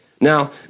Now